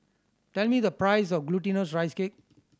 tell me the price of Glutinous Rice Cake